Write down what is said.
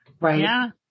Right